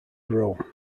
grow